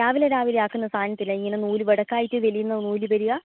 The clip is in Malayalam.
രാവിലെ രാവിലെ ആക്കുന്ന സാധനത്തിൽ ഇങ്ങനെ നൂൽ വെടക്കായിട്ട് വലിയുന്നത് നൂൽ വരികയാണ്